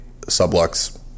sublux